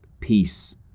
peace